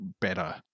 better